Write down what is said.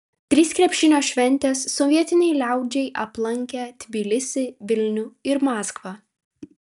trys krepšinio šventės sovietinei liaudžiai aplankė tbilisį vilnių ir maskvą